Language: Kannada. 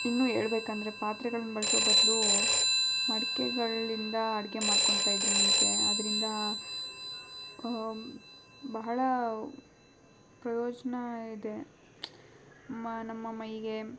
ಇನ್ನೂ ಹೇಳ್ಬೇಕಂದ್ರೆ ಪಾತ್ರೆಗಳನ್ನ ಬಳಸೊ ಬದಲು ಮಡಕೆಗಳಿಂದ ಅಡುಗೆ ಮಾಡ್ಕೊತ ಇದ್ದರು ಮುಂಚೆ ಅದರಿಂದ ಬಹಳ ಪ್ರಯೋಜನ ಇದೆ ನಮ್ಮ ಮೈಗೆ